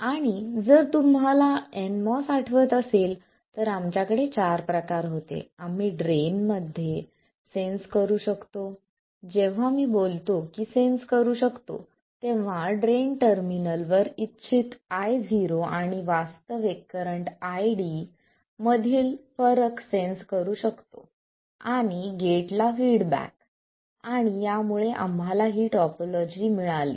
आणि जर तुम्हाला nMOS आठवत असेल तर आमच्याकडे चार प्रकार होते आम्ही ड्रेन मध्ये सेंन्स करू शकतो जेव्हा मी बोलतो की सेंन्स करू शकतो तेव्हा ड्रेन टर्मिनलवर इच्छित Io आणि वास्तविक करंट ID मधील फरक सेंन्स करू शकतो आणि गेटला फीडबॅक आणि यामुळे आम्हाला ही टोपोलॉजी मिळाली